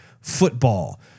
football